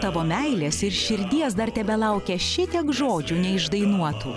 tavo meilės ir širdies dar tebelaukia šitiek žodžių neišdainuotų